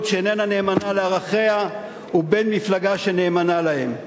שאיננה נאמנה לערכיה ובין מפלגה שנאמנה להם.